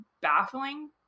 baffling